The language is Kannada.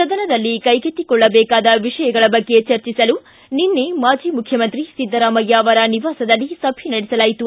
ಸದನದಲ್ಲಿ ಕೈಗೆತ್ತಿಕೊಳ್ಳಬೇಕಾದ ವಿಷಯಗಳ ಬಗ್ಗೆ ಚರ್ಚಿಸಲು ನಿನ್ನೆ ಮಾಜಿ ಮುಖ್ಯಮಂತ್ರಿ ಸಿದ್ದರಾಮಯ್ಯ ಅವರ ನಿವಾಸದಲ್ಲಿ ಸಭೆ ನಡೆಸಲಾಯಿತು